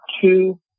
two